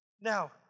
Now